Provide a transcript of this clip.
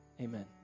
Amen